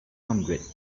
hundred